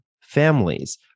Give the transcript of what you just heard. families